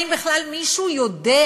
האם בכלל מישהו יודע,